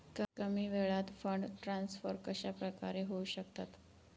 कमी वेळात fund transfer कशाप्रकारे होऊ शकतात?